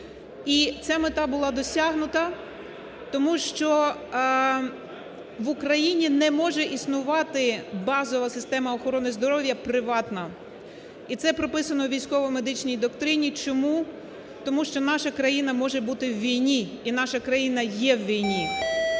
І ця мета була досягнута, тому що в Україні не може існувати базова система охорони здоров'я приватна. І це прописано в військово-медичній доктрині. Чому, тому що наша країна може бути в війні, і наша країна є в війні.